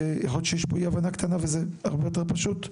יכול להיות שיש פה אי הבנה וזה הרבה יותר פשוט.